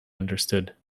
understood